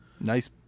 Nice